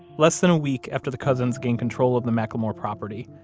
less than a week after the cousins gained control of the mclemore property,